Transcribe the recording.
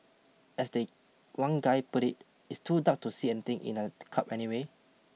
as the one guy put it it's too dark to see anything in a club anyway